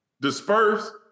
disperse